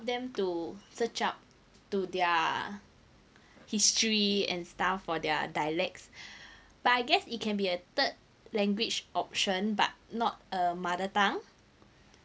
them to search up to their history and stuff for their dialects but I guess it can be a third language option but not a mother tongue